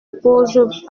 pose